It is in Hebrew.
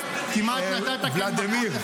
תלמד אותי תרבות.